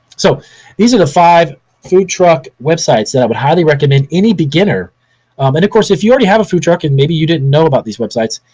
so these are the five food truck websites that i would highly recommend any beginner. um and of course, if you already have a food truck, and maybe you didn't know about these websites,